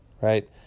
right